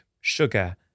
sugar